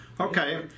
Okay